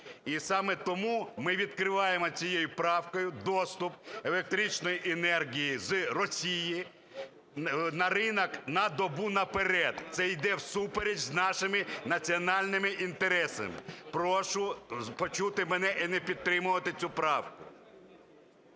І саме тому ми відкриваємо цією правкою доступ електричної енергії з Росії на ринок на добу наперед. Це йде всупереч з нашими національними інтересами. Прошу почути мене і не підтримувати цю правку.